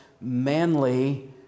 manly